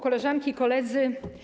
Koleżanki i Koledzy!